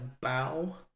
bow